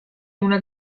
una